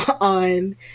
on